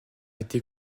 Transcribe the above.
été